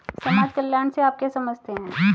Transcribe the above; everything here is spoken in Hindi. समाज कल्याण से आप क्या समझते हैं?